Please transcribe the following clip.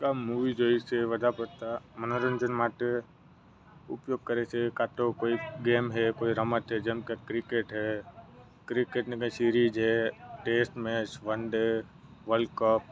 આમ મૂવી જુએ છે વધારે પડતા મનોરંજન માટે ઉપયોગ કરે છે કાં તો કોઈ ગેમ છે કોઈ રમત છે જેમ કે ક્રિકેટ છે ક્રિકેટની કાંઈ સિરીજ છે test match one day world cup